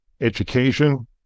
education